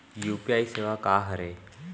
UPI सेवा का हरे?